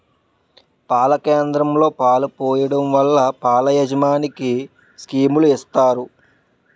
పాల కేంద్రంలో పాలు పోయడం వల్ల పాల యాజమనికి స్కీములు ఇత్తారు